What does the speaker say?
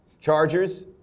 Chargers